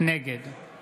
נגד